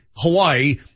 Hawaii